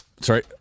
Sorry